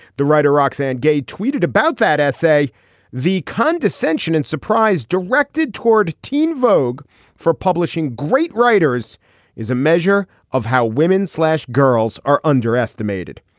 the writer roxane gay tweeted about that essay the condescension and surprise directed toward teen vogue for publishing great writers is a measure of how women slash girls are underestimated.